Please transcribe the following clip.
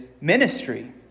ministry